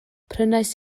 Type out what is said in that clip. prynais